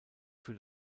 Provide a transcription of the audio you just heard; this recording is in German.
für